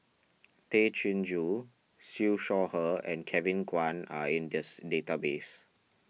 Tay Chin Joo Siew Shaw Her and Kevin Kwan are in this database